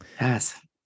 Yes